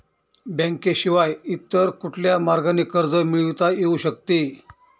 बँकेशिवाय इतर कुठल्या मार्गाने कर्ज मिळविता येऊ शकते का?